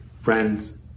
Friends